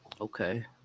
Okay